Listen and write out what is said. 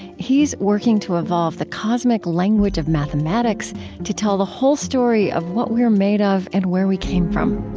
he's working to evolve the cosmic language of mathematics to tell the whole story of what we're made of and where we came from.